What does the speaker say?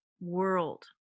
world